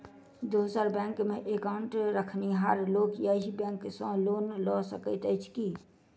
दोसर बैंकमे एकाउन्ट रखनिहार लोक अहि बैंक सँ लोन लऽ सकैत अछि की?